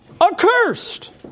accursed